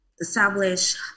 establish